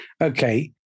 Okay